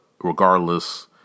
regardless